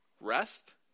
Rest